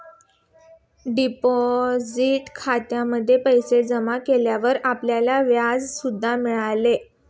deposit खात्यात पैसे जमा केल्यावर आपल्याला व्याज सुद्धा मिळेल